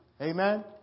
Amen